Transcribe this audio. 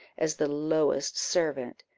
as the lowest servant.